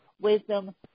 wisdom